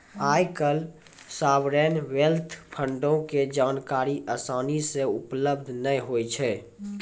आइ काल्हि sovereign wealth फंडो के जानकारी असानी से उपलब्ध नै होय छै